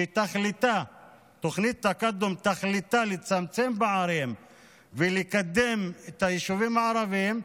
שתכליתה לצמצם פערים ולקדם את היישובים הערביים,